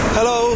Hello